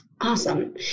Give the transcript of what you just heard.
Awesome